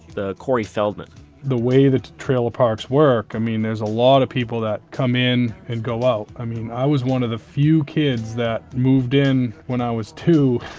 the corey feldman the way that trailer parks work, i mean there's a lot of people that come in and go out. i mean, i was one of the few kids that moved in when i was two